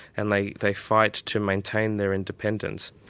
and they they fight to maintain their independence.